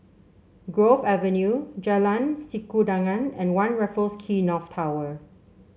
Grove Avenue Jalan Sikudangan and One Raffles Quay North Tower